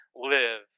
live